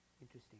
Interesting